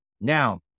Now